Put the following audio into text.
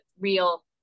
real